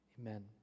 Amen